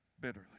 bitterly